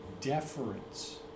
deference